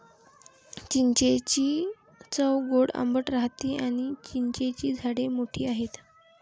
चिंचेची चव गोड आंबट राहते आणी चिंचेची झाडे मोठी आहेत